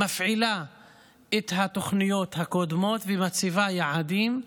מפעילה את התוכניות הקודמות ומציבה יעדים,